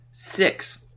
six